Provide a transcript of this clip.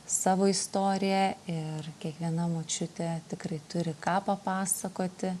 savo istoriją ir kiekviena močiutė tikrai turi ką papasakoti